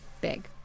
big